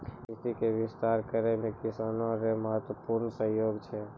कृषि के विस्तार करै मे किसान रो महत्वपूर्ण सहयोग छै